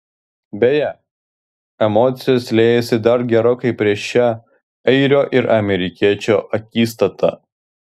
beje emocijos liejosi dar gerokai prieš šią airio ir amerikiečio akistatą